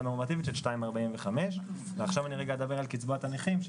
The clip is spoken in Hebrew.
נורמטיבית של 2.45. אני רגע אדבר על קצבת הנכים,